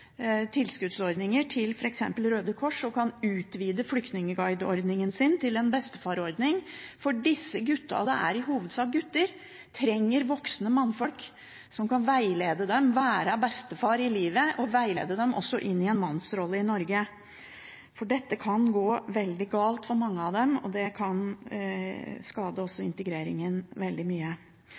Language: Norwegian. tilskuddsordninger til f.eks. Røde Kors, slik at de kan utvide flyktningguideordningen sin til en bestefar-ordning, for disse guttene – det er i hovedsak gutter – trenger voksne mannfolk som kan veilede dem inn i en mannsrolle i Norge og være bestefar i livet. For dette kan gå veldig galt for mange av dem, og det kan også skade integreringen veldig mye.